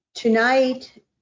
Tonight